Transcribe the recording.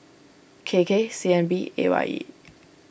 K K C N B A Y E